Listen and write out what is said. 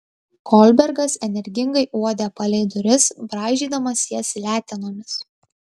kolbergas energingai uodė palei duris braižydamas jas letenomis